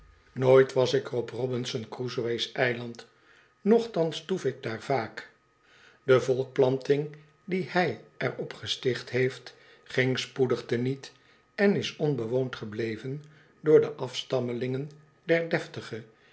nooit was ik op robinson orusoe's eiland nochtans toef ik daar vaak de volkplanting die hij er op gesticht heeft ging spoedig te niet en is onbewoond gebleven door de afstammelingen der